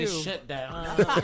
shutdown